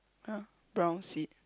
uh brown seat